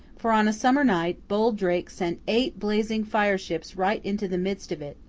for on a summer night, bold drake sent eight blazing fire-ships right into the midst of it.